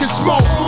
smoke